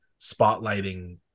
spotlighting